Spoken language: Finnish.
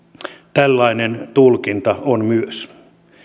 tällainen tulkinta on myös